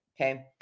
okay